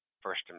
first